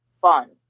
fun